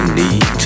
need